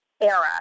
era